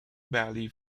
valley